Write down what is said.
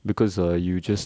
because uh you just